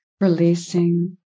releasing